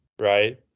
right